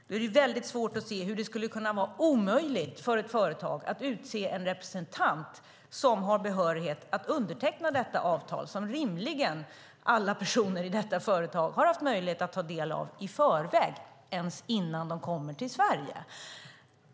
Det är väldigt svårt att se hur det skulle kunna vara omöjligt för ett företag att utse en representant som har behörighet att underteckna detta avtal, som rimligen alla personer i detta företag har haft möjlighet att ta del av i förväg innan de ens kom till Sverige.